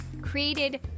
created